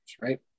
right